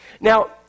Now